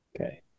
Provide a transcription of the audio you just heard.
Okay